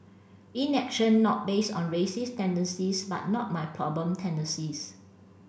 inaction not based on racist tendencies but not my problem tendencies